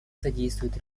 содействуют